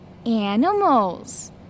animals